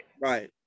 Right